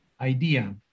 idea